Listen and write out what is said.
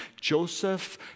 Joseph